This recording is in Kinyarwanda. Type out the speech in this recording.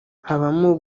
habamo